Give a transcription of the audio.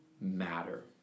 matter